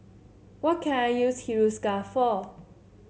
what can I use Hiruscar for